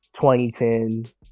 2010